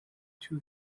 two